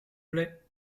plait